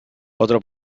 otro